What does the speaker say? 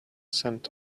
sent